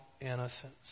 innocence